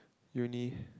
uni